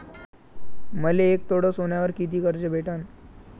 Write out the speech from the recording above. मले एक तोळा सोन्यावर कितीक कर्ज भेटन?